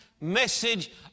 message